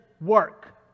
work